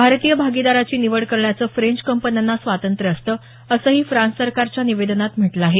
भारतीय भागीदाराची निवड करण्याचं फ्रेंच कंपन्यांना स्वातंत्र्य असतं असंही फ्रान्स सरकारच्या निवेदनात म्हटलं आहे